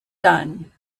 done